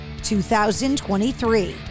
2023